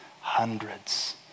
hundreds